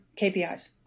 KPIs